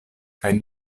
kaj